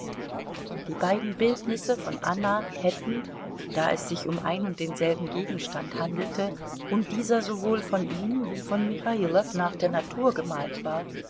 die beiden bildnisse von anna hätten da es sich um ein und denselben gegenstand handelte und dieser sowohl von ihm wie von michailow nach der natur gemalt war